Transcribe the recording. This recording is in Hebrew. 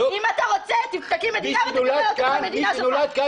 אם אתה רוצה תקים מדינה ותקבל אותם למדינה שלך.